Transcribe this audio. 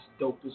dopest